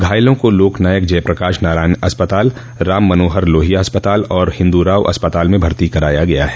घायलों को लोकनायक जयप्रकाश नारायण अस्पताल राममनोहर लोहिया और हिन्दूराव अस्पताल में भर्ती कराया गया ह